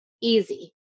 easy